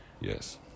yes